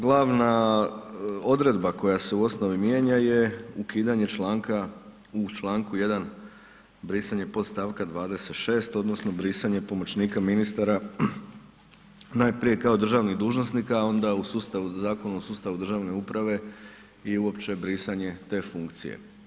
Glavna odredba koja se u osnovni mijenja je ukidanje članak u čl. 1. brisanje podstavka 26 odnosno, brisanje pomoćnika ministara najprije kao draženih dužnosnika, a onda u sustavu Zakon o sustavu državne uprave i uopće brisanje te funkcije.